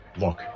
Look